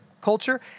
culture